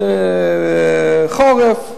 חורף,